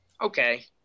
Okay